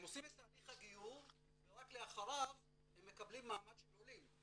הם עושים את תהליך הגיור ורק לאחריו הם מקבלים מעמד של עולים,